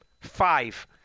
Five